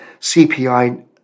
CPI